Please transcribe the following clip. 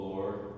Lord